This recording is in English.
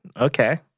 Okay